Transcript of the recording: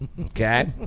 Okay